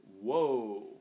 Whoa